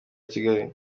kigali